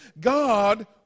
God